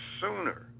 sooner